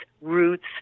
roots